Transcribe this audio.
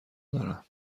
دارم